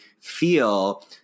feel